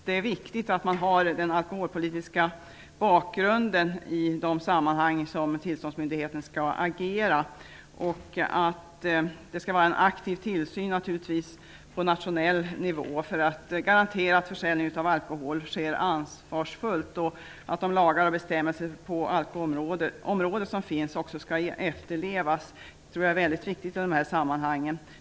Det är viktigt att man har den alkoholpolitiska bakgrunden i de sammanhang som tillståndsmyndigheten skall agera i. Det skall naturligtvis vara en aktiv tillsyn på nationell nivå för att garantera att försäljningen av alkohol sker ansvarsfullt. Att de lagar och bestämmelser som finns på alkoholområdet också efterlevs tror jag är mycket viktigt i dessa sammanhang.